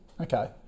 Okay